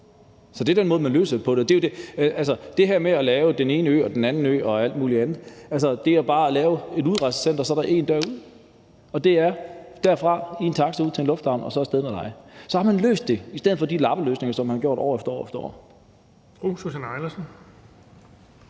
Så det er den måde, man løser det på. Altså, der er det her med at lave den ene ø og den anden ø og alt muligt andet – det er jo bare at lave et udrejsecenter, og så er der én dør ud, og det er derfra i en taxa ud til en lufthavn og så af sted med dig. Så har man løst det i stedet for de lappeløsninger, som man har lavet år efter år efter år.